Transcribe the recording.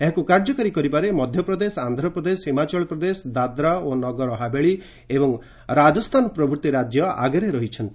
ଏହାକୁ କାର୍ଯ୍ୟକାରୀ କରିବାରେ ମଧ୍ୟପ୍ରଦେଶ ଆନ୍ଧ୍ରପ୍ରଦେଶ ହିମାଚଳ ପ୍ରଦେଶ ଦାଦ୍ରା ଓ ନଗର ହାବେଳୀ ଏବଂ ରାଜସ୍ଥାନ ଆଦି ରାଜ୍ୟ ଆଗରେ ରହିଛନ୍ତି